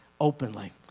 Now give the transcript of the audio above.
openly